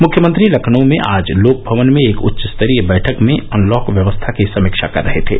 मुख्यमंत्री लखनऊ में आज लोक भवन में एक उच्च स्तरीय बैठक में अनलॉक व्यवस्था की समीक्षा कर रहे थे